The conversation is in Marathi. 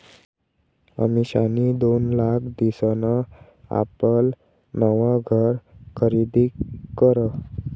अमिषानी दोन लाख दिसन आपलं नवं घर खरीदी करं